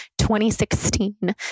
2016